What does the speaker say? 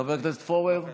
חבר הכנסת פורר,